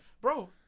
Bro